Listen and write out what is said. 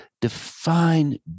define